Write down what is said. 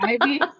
Ivy